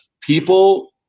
people